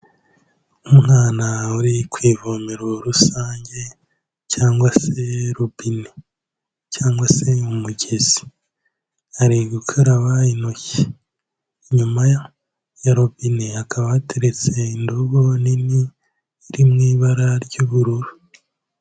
Umwana uri ku ivomero rusange cyangwa se robine, cyangwa se umugezi, ari gukaraba intoki, inyuma ya robine hakaba hateretse indobo nini iri mu ibara ry'ubururu.